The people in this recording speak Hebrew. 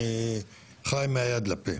חי מהיד לפה.